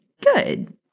Good